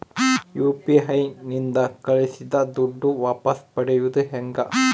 UPI ನಿಂದ ಕಳುಹಿಸಿದ ದುಡ್ಡು ವಾಪಸ್ ಪಡೆಯೋದು ಹೆಂಗ?